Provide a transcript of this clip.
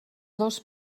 dos